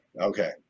okay